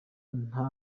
nta